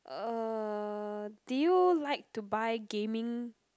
uh do you like to buy gaming